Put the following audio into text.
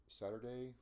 saturday